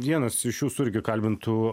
vienas iš jūsų irgi kalbintų